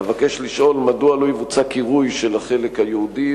אבקש לשאול מדוע לא יבוצע קירוי של החלק היהודי,